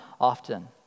often